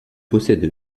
possède